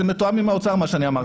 זה מתואם עם האוצר, מה שאמרתי.